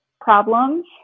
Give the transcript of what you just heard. problems